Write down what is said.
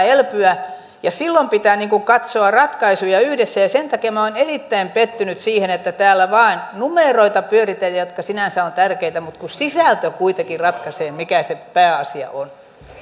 elpyä ja silloin pitää katsoa ratkaisuja yhdessä ja sen takia minä olen erittäin pettynyt siihen että täällä vain numeroita pyöritetään jotka sinänsä ovat tärkeitä mutta sisältö kuitenkin ratkaisee mikä se pääasia on